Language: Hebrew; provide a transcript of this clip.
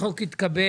החוק התקבל.